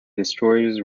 destroyers